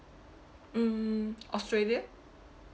hmm australia